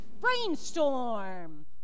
Brainstorm